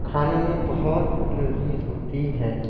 کھانے میں بہت لذیذ ہوتی ہے